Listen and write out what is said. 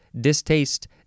distaste